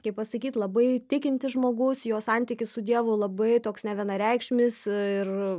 kaip pasakyt labai tikintis žmogus jo santykis su dievu labai toks nevienareikšmis ir